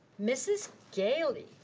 mrs. gaileigh.